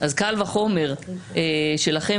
אז קל וחומר שלכם.